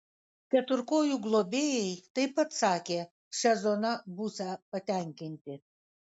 keturkojų globėjai taip pat sakė šia zona būsią patenkinti